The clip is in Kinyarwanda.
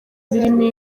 zirimo